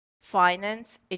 finance